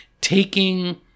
taking